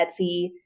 Etsy